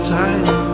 time